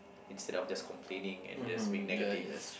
instead of just complaining and just being negative